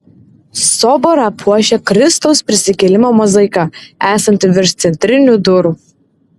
soborą puošia kristaus prisikėlimo mozaika esanti virš centrinių durų